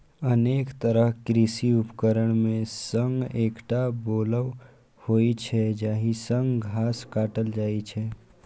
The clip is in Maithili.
अनेक तरहक कृषि उपकरण मे सं एकटा बोलो होइ छै, जाहि सं घास काटल जाइ छै